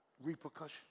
repercussions